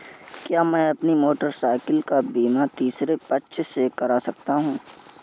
क्या मैं अपनी मोटरसाइकिल का बीमा तीसरे पक्ष से करा सकता हूँ?